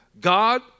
God